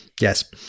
yes